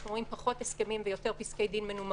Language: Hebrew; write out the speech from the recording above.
אנחנו רואים פחות הסכמים ויותר פסקי דין מנומקים,